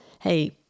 Hey